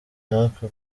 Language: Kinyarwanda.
natwe